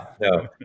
No